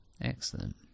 excellent